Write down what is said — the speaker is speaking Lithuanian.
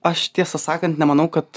aš tiesą sakant nemanau kad